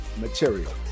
material